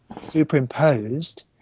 Superimposed